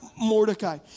Mordecai